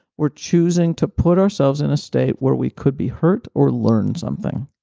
we're choosing to put ourselves in a state where we could be hurt or learn something.